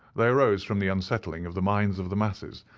they arose from the unsettling of the minds of the masses,